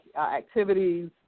activities